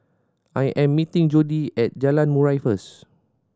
I am meeting Jodi at Jalan Murai first